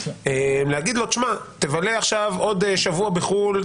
שיבלה עוד שבוע בחו"ל,